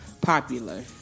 popular